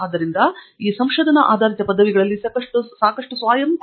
ಆದ್ದರಿಂದ ಈ ಸಂಶೋಧನಾ ಆಧಾರಿತ ಪದವಿಗಳಲ್ಲಿ ಸಾಕಷ್ಟು ಸ್ವಯಂ ಕೊಡುಗೆ ಇದೆ